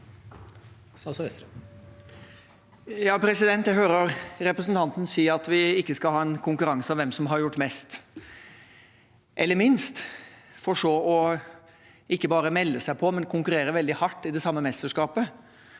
Jeg hører representanten si at vi ikke skal ha en konkurranse om hvem som har gjort mest eller minst, for så ikke bare å melde seg på, men konkurrere veldig hardt i det samme mesterskapet.